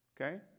Okay